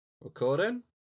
Recording